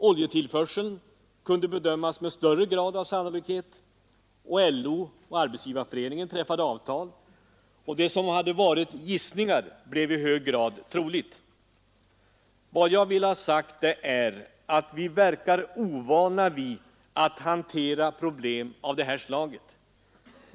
Oljetillförseln kunde bedömas med större grad av sannolikhet, LO och Arbetsgivareföreningen träffade avtal, och det som hade varit gissningar blev i hög grad troligt. Vad jag vill ha sagt är att vi verkar ovana vid att hantera problem av det här slaget.